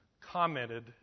commented